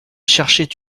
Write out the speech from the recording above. cherchait